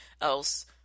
else